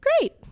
great